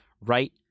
right